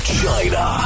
China